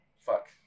fuck